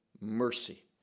mercy